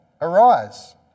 Arise